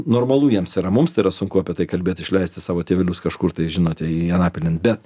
normalu jiems yra mums tai yra sunku apie tai kalbėt išleisti savo tėvelius kažkur tai žinote į anapilin bet